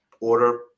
order